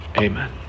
Amen